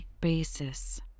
basis